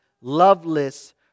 loveless